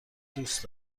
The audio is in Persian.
دوست